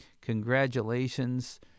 Congratulations